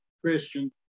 Christian